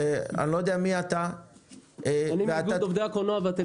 אני לא יודע מי אתה -- אני מאיגוד עובדי הקולנוע והטלוויזיה.